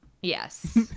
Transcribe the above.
Yes